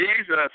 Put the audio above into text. Jesus